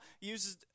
uses